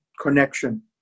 connection